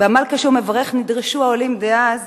בעמל קשה ומפרך נדרשו העולים דאז